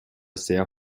sehr